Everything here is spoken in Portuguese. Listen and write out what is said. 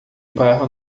barra